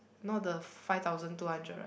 no the five thousand two hundred right